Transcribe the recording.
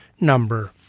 number